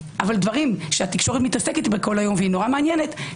אבל דברים שהתקשורת מתעסקת כל היום שם